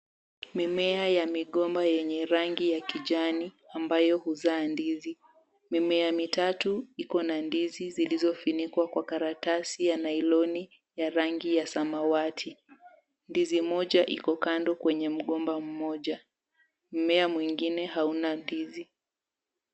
Mimea ya migomba yenye rangi ya kijani ambayo huzaa ndizi. Mimea mitatu Iko na ndizi zilizofunikwa kwa karatasi ya nyloni ya rangi ya samawati. Ndizi moja Iko kando kwenye mgomba mmoja. Mmea mwingine Haina ndizi.